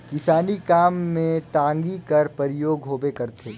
किसानी काम मे टागी कर परियोग होबे करथे